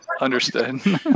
Understood